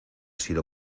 sido